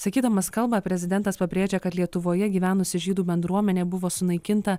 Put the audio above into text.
sakydamas kalbą prezidentas pabrėžė kad lietuvoje gyvenusi žydų bendruomenė buvo sunaikinta